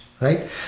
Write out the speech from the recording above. Right